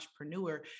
entrepreneur